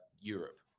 Europe